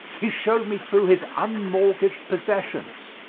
he showed me through his unmortgaged possessions.